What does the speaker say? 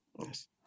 Yes